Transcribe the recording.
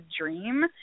dream